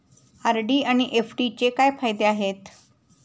RD आणि एफ.डीचे काय फायदे आहेत?